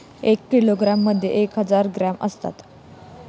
एक किलोग्रॅममध्ये एक हजार ग्रॅम असतात